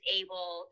able